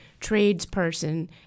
tradesperson